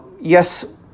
yes